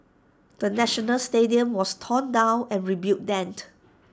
the national stadium was torn down and rebuilt